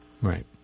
Right